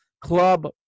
club